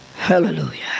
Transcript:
Hallelujah